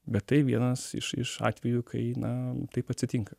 bet tai vienas iš iš atvejų kai na taip atsitinka